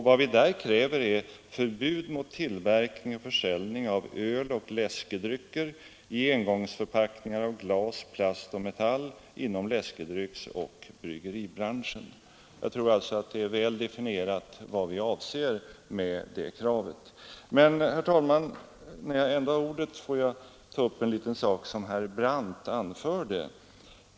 Vad vi där kräver är förbud mot tillverkning och försäljning av öl och läskedrycker i engångsförpackningar av glas, plast och metall inom läskedrycksoch bryggeribranschen. Det är alltså väl definierat vad vi avser med det kravet. Låt mig, herr talman, när jag ändå har ordet, ta upp en liten sak som herr Brandt anförde.